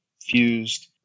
fused